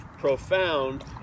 profound